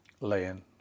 Lay-in